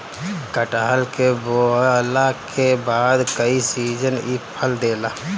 कटहल के बोअला के बाद कई सीजन इ फल देला